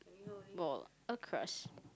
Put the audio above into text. ball across